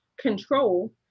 control